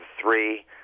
three